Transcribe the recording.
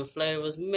Flavors